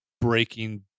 Breaking